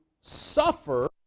suffer